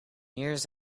years